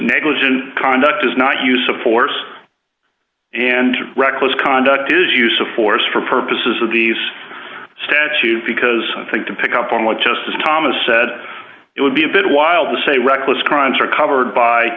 negligent conduct does not use of force and reckless conduct is use of force for purposes of these statutes because i think to pick up on what justice thomas said it would be a bit wild to say reckless crimes are covered by